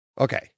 Okay